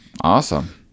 awesome